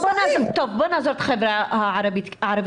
טוב, בואי נעזוב את החברה הערבית.